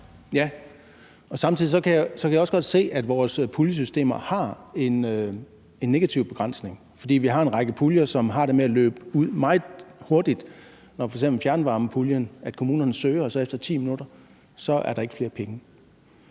Ja, og samtidig kan jeg også godt se, at vores puljesystemer udgør en negativ begrænsning. For vi har en række puljer, som har det med at løbe ud meget hurtigt, f.eks. i forhold til fjernvarmepuljen, hvor kommunerne søger, og hvor der så efter 10 minutter ikke er flere penge.